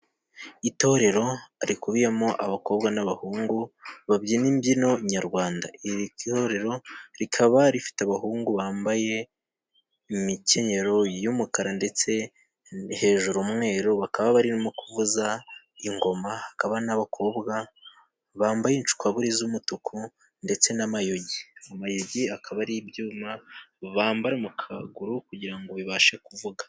Itorero rikubiyemo abakobwa n'abahungu babyina imbyino nyarwanda .iri torero rikaba rifite abahungu bambaye imikenyero y'umukara ndetse hejuru umweru. Bakaba barimo kuvuza ingoma, hakaba n'abakobwa bambaye incwaburi z'umutuku ndetse n'amayugi. Amayugi akaba ari ibyuma bambara mu kaguru kugira ngo bibashe kuvuga.